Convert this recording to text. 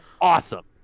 awesome